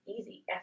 easy